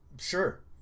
sure